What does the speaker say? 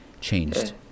changed